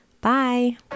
Bye